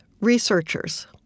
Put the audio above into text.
researchers